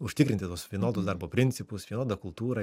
užtikrinti tuos vienodus darbo principus vienodą kultūrą